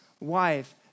wife